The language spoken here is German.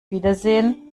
wiedersehen